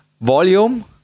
volume